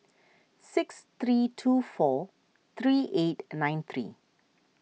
six three two four three eight nine three